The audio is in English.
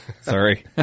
Sorry